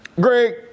Greg